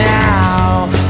now